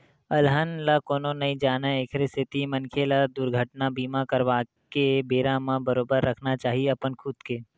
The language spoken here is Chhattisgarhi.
अलहन ल कोनो नइ जानय एखरे सेती मनखे ल दुरघटना बीमा करवाके बेरा म बरोबर रखना चाही अपन खुद के